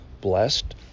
blessed